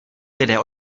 lidé